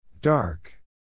Dark